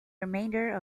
remainder